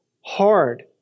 hard